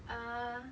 uh